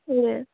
हजुर